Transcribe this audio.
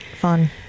fun